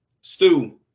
Stu